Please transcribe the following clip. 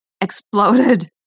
exploded